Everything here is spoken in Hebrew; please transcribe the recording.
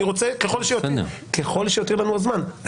ככל שיותיר לנו הזמן.